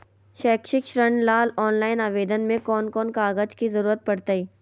शैक्षिक ऋण ला ऑनलाइन आवेदन में कौन कौन कागज के ज़रूरत पड़तई?